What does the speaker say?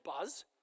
buzz